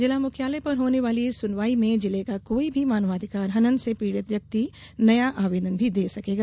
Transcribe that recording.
जिला मुख्यालय पर होने वाली इस सुनवाई में जिले का कोई भी मानवाधिकार हनन से पीड़ित व्यक्ति नया आवेदन भी दे सकेगा